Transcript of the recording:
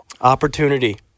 Opportunity